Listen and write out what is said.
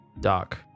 Doc